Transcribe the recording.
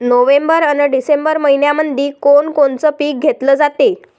November अन December मइन्यामंधी कोण कोनचं पीक घेतलं जाते?